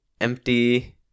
empty